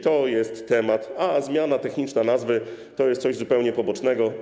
To jest temat, a zamiana techniczna nazwy to jest coś zupełnie pobocznego.